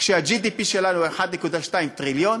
כשה-GDP שלנו הוא 1.2 טריליון,